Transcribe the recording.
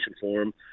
form